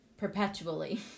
perpetually